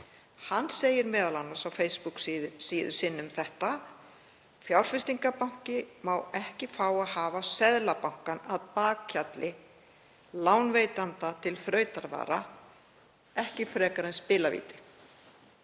Hann segir m.a. á Facebook-síðu sinni um þetta: „Fjárfestingarbanki má ekki fá að hafa Seðlabankann að bakhjarli, „lánveitanda til þrautarvara“, ekki frekar en spilavíti.“